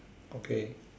okay